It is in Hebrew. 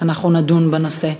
אנחנו נדון בנושא.